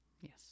Yes